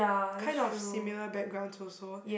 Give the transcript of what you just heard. kind of similar backgrounds also